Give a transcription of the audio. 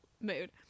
mood